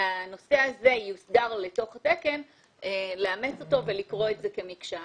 שהנושא הזה יוסדר אל תוך התקן לאמץ אותו ולקרוא את זה כמקשה אחת.